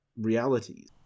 realities